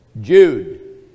Jude